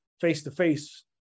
face-to-face